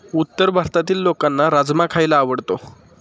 उत्तर भारतातील लोकांना राजमा खायला आवडतो